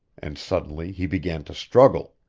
and suddenly he began to struggle.